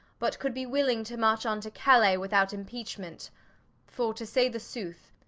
but could be willing to march on to callice, without impeachment for to say the sooth,